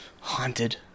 haunted